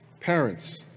parents